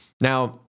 Now